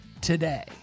today